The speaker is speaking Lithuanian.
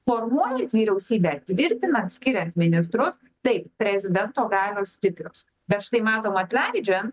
formuojat vyriausybę tvirtinant skiriant ministrus taip prezidento galios stiprios bet štai matom atleidžiant